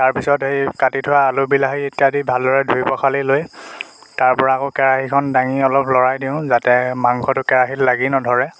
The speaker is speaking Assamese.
তাৰপিছত এই কাটি থোৱা আলু বিলাহী ইত্যাদি ভালদৰে ধুই পখালি লৈ তাৰপৰা আকৌ কেৰাহীখন দাঙি অলপ লৰাই দিওঁ যাতে মাংসটো কেৰাহীত লাগি নধৰে